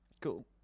Cool